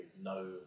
no